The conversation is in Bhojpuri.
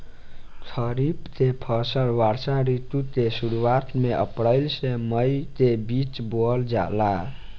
खरीफ के फसल वर्षा ऋतु के शुरुआत में अप्रैल से मई के बीच बोअल जाला